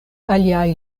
aliaj